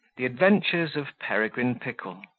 the adventures of peregrine pickle,